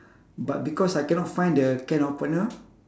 but because I cannot find the can opener